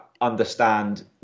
understand